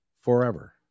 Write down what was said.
forever